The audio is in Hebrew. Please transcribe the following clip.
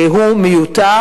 הוא מיותר.